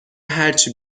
هرچی